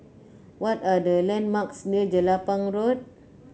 what are the landmarks near Jelapang Road